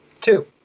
Two